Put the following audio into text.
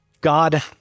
God